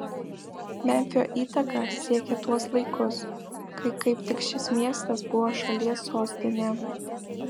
memfio įtaka siekė tuos laikus kai kaip tik šis miestas buvo šalies sostinė